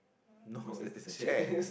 no it's it's a chair